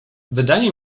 wydaje